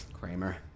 Kramer